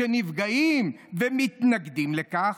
שנפגעים ומתנגדים לכך?